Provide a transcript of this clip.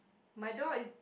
my door is